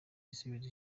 gisubizo